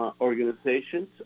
organizations